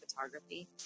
photography